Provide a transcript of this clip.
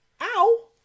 Ow